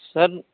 sir